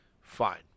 Fine